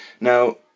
Now